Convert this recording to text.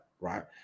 right